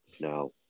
No